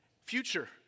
future